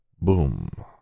Boom